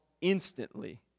instantly